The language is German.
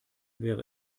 wäre